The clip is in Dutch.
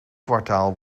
kwartaal